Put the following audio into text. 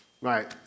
right